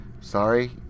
sorry